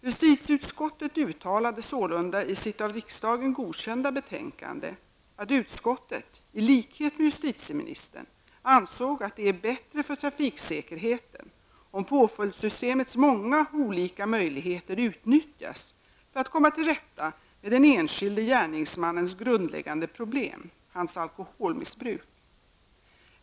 Justitieutskottet uttalade sålunda i sitt av riksdagen godkända betänkande att utskottet i likhet med justitieministern ansåg att det är bättre för trafiksäkerheten om påföljdssystemets många olika möjligheter utnyttjas för att komma till rätta med den enskilde gärningsmannens grundläggande problem, hans alkoholmissbruk.